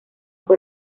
por